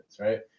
right